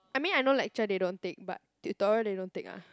I mean I know lecture they don't take but tutorial they don't take ah